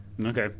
Okay